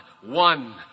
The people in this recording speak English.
one